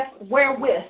wherewith